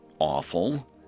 Awful